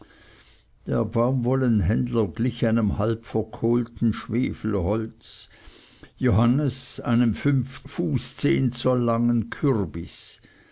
der baumwollenhändler glich einem halbverkohlten schwefelholz johannes einem fünf fuß zehn zoll langen kürbis